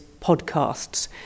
podcasts